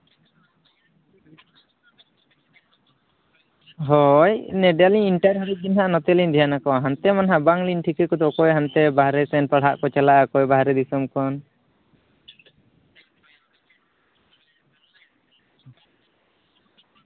ᱦᱳᱭ ᱱᱮᱸᱰᱮ ᱞᱤᱧ ᱤᱱᱴᱟᱨ ᱦᱟᱨᱤᱡ ᱜᱮ ᱱᱟᱜ ᱱᱚᱛᱮᱞᱤᱧ ᱫᱷᱮᱭᱟᱱᱟᱠᱚᱣᱟ ᱦᱟᱱᱛᱮ ᱢᱟ ᱱᱟᱜ ᱵᱟᱝᱞᱤᱧ ᱴᱷᱤᱠᱟᱹ ᱠᱚᱫᱚ ᱚᱠᱚᱭ ᱦᱟᱱᱛᱮ ᱵᱟᱨᱦᱮ ᱥᱮᱱ ᱯᱟᱲᱦᱟᱜ ᱠᱚ ᱪᱟᱞᱟᱜᱼᱟ ᱚᱠᱚᱭ ᱵᱟᱨᱦᱮ ᱫᱤᱥᱚᱢ ᱠᱷᱚᱱ